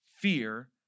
fear